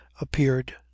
appeared